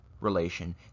relation